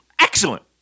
excellent